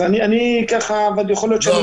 אז אני ככה, אבל יכול להיות שאני טועה.